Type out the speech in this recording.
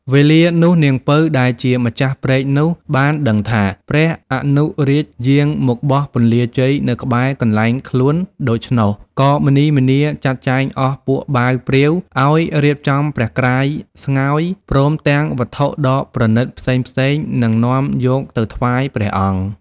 វេលានោះនាង ពៅ ដែលជាម្ចាស់ព្រែកនោះ បានដឹងថា ព្រះអនុរាជយាងមកបោះពន្លាជ័យ នៅក្បែរកន្លែងខ្លួនដូច្នោះ ក៏ម្នីម្នាចាត់ចែងអស់ពួកបាវព្រាវ ឲ្យរៀបចំព្រះក្រាយស្ងោយ ព្រមទាំងវត្ថុដ៏ប្រណីតផ្សេងៗ នឹងនាំយកទៅថ្វាយព្រះអង្គ ។